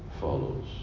follows